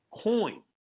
Coin